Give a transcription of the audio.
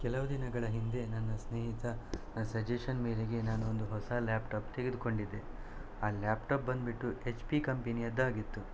ಕೆಲವು ದಿನಗಳ ಹಿಂದೆ ನನ್ನ ಸ್ನೇಹಿತನ ಸಜೆಶನ್ ಮೇರೆಗೆ ನಾನೊಂದು ಹೊಸ ಲ್ಯಾಪ್ಟಾಪ್ ತೆಗೆದುಕೊಂಡಿದ್ದೆ ಆ ಲ್ಯಾಪ್ಟಾಪ್ ಬಂದ್ಬಿಟ್ಟು ಎಚ್ ಪಿ ಕಂಪೆನಿಯದ್ದಾಗಿತ್ತು